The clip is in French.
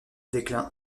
déclin